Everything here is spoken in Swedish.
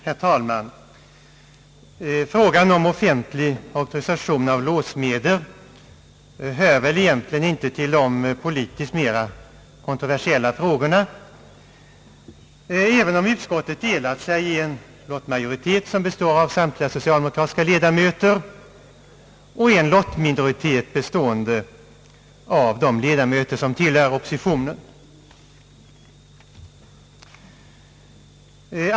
Herr talman! Frågan om offentlig auktorisation av låssmeder hör väl egentligen inte till de politiskt mera kontroversiella frågorna, även om utskottet delat sig i en lottmajoritet som består av samtliga socialdemokratiska ledamöter och en lottminoritet bestående av de ledamöter som tillhör oppositionen.